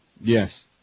Yes